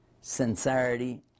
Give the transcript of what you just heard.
sincerity